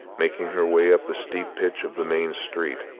making her way up the steep pitch of the main street,